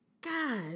God